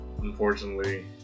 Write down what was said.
unfortunately